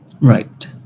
Right